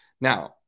now